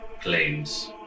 claims